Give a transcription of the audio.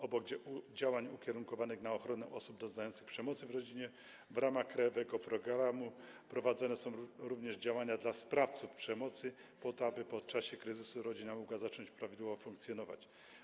Obok działań ukierunkowanych na ochronę osób doznających przemocy w rodzinie w ramach krajowego programu prowadzone są również działania dla sprawców przemocy, po to aby po czasie kryzysu rodzina mogła zacząć prawidłowo funkcjonować.